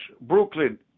Brooklyn